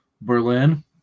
Berlin